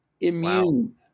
immune